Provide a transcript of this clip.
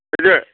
फैदो